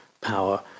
power